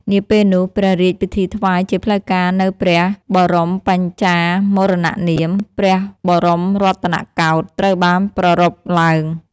នាពេលនោះ ព្រះរាជពិធីថ្វាយជាផ្លូវការនូវព្រះបរមបច្ឆាមរណនាម «ព្រះបរមរតនកោដ្ឋ» ត្រូវបានប្រារព្ធឡើង។